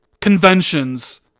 conventions